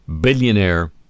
billionaire